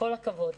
כל הכבוד.